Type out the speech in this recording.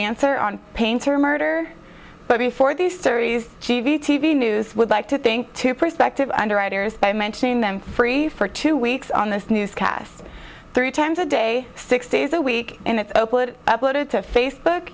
answer on painter murder but before these stories t v t v news would like to think to prospective underwriters by mentioning them for free for two weeks on this newscast three times a day six days a week and it's uploaded to facebook